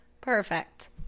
Perfect